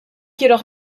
jedoch